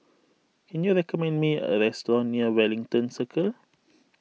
can you recommend me a restaurant near Wellington Circle